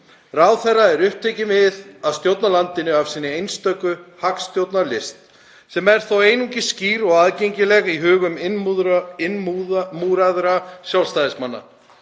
Ráðherra er upptekinn við að stjórna landinu af sinni einstöku hagstjórnarlist sem er þó einungis skýr og aðgengileg í hugum innmúraðra Sjálfstæðismanna.